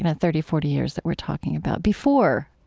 and thirty, forty years that we're talking about, before